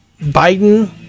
biden